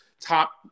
top